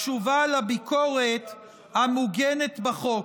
תשובה לביקורת המוטחת בחוק.